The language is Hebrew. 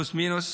פלוס-מינוס,